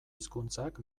hizkuntzak